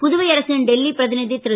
புதுவை அரசின் டெல்லி பிர ரு